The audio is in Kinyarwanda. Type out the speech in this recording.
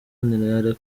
nta